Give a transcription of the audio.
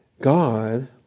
God